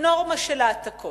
נורמה של העתקות.